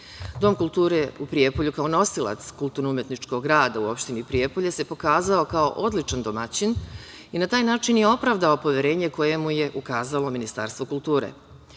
kulture u Prijepolju kao nosilac kulturno-umetničkog rada u opštini Prijepolje se pokazao kao odličan domaćin i na taj način je opravdao poverenje koje mu je ukazalo Ministarstvo kulture.